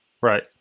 right